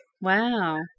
Wow